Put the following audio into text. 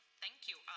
thank you.